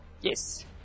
Yes